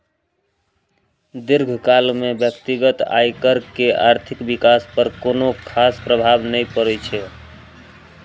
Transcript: दीर्घकाल मे व्यक्तिगत आयकर के आर्थिक विकास पर कोनो खास प्रभाव नै पड़ै छै